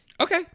Okay